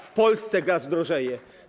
W Polsce gaz drożeje.